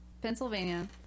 Pennsylvania